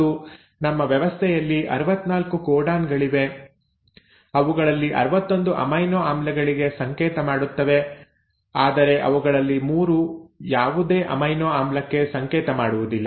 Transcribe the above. ಮತ್ತು ನಮ್ಮ ವ್ಯವಸ್ಥೆಯಲ್ಲಿ 64 ಕೋಡಾನ್ ಗಳಿವೆ ಅವುಗಳಲ್ಲಿ 61 ಅಮೈನೊ ಆಮ್ಲಗಳಿಗೆ ಸಂಕೇತ ಮಾಡುತ್ತವೆ ಆದರೆ ಅವುಗಳಲ್ಲಿ 3 ಯಾವುದೇ ಅಮೈನೊ ಆಮ್ಲಕ್ಕೆ ಸಂಕೇತ ಮಾಡುವುದಿಲ್ಲ